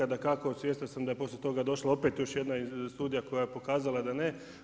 Dakako, svjestan sam da je poslije toga došla opet jedna studija koja je pokazala da ne.